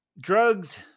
drugs